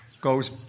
goes